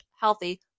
healthy